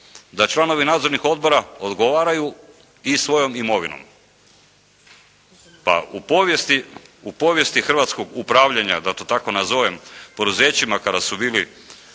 da članovi nadzornih odbora odgovaraju i svojom imovinom. Pa u povijesti hrvatskog upravljanja, da to tako nazovem, poduzećima kada su bili